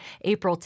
April